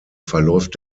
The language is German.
verläuft